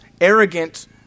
arrogant